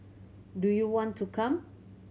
do you want to come